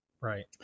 right